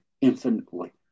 infinitely